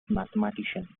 mathematician